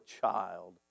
child